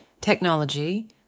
Technology